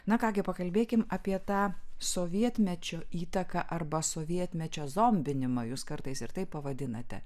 na ką gi pakalbėkim apie tą sovietmečio įtaką arba sovietmečio zombinimą jus kartais ir taip pavadinate